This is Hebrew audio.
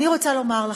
אני רוצה לומר לכם: